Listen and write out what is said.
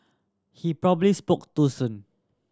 he probably spoke too soon